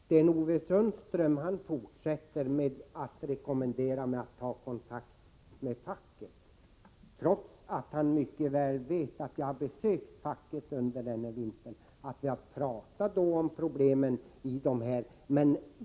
Herr talman! Sten-Ove Sundström fortsätter att rekommendera mig att ta kontakt med facket, trots att han mycket väl vet att jag har besökt facket under den här vintern och att jag då talat om de här problemen.